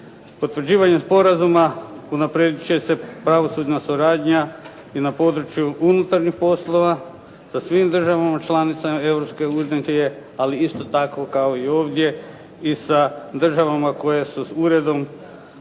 Potvrđivanje sporazuma unaprijediti će se pravosudna suradnja i na području unutarnjih poslova sa svim državama članicama Europske unije, ali isto tako kao i ovdje i sa državama koje su s uredom